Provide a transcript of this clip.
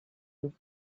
your